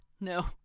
no